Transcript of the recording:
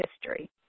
history